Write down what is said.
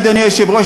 אדוני היושב-ראש,